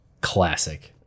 Classic